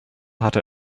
hatte